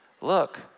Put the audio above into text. look